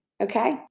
okay